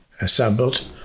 assembled